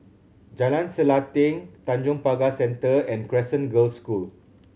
Jalan Selanting Tanjong Pagar Centre and Crescent Girls' School